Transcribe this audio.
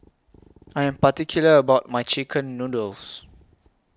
I Am particular about My Chicken Noodles